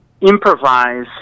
improvise